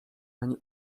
ani